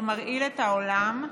שמרעיל את העולם,